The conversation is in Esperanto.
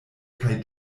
kaj